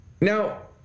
now